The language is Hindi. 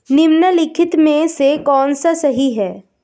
निम्नलिखित में से कौन सा सही है?